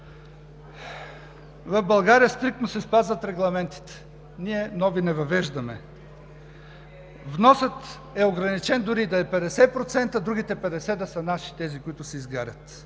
В България стриктно се спазват регламентите – ние нови не въвеждаме. Вносът е ограничен, дори и да е 50%, другите 50 да са наши – тези, които се изгарят.